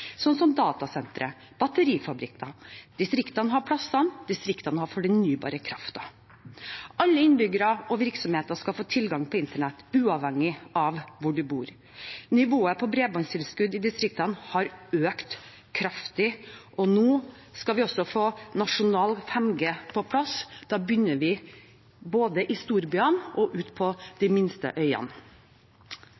som datasentre og batterifabrikker. Distriktene har plassene, distriktene har fornybar kraft. Alle innbyggere og virksomheter skal få tilgang på internett uavhengig av hvor man bor. Nivået på bredbåndstilskudd i distriktene har økt kraftig, og nå skal vi også få nasjonal 5G på plass. Da begynner vi både i storbyene og ute på